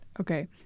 Okay